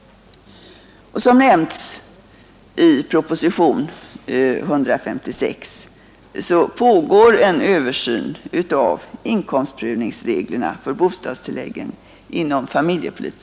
Som nämnts i propositionen 156 pågår inom familjepolitiska kommittén en översyn av inkomstprövningsreglerna för bostadstilläggen.